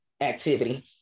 activity